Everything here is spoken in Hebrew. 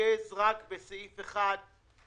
ואתרכז רק בסעיף אחד.